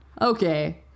Okay